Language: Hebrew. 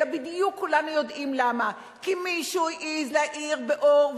אלא כולנו יודעים בדיוק למה: כי מישהו העז להאיר באור,